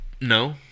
No